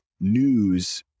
news